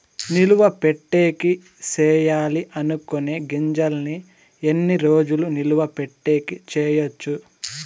నిలువ పెట్టేకి సేయాలి అనుకునే గింజల్ని ఎన్ని రోజులు నిలువ పెట్టేకి చేయొచ్చు